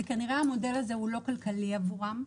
כנראה המודל הזה לא כלכלי עבורם.